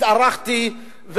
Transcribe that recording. התארחתי,